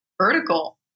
vertical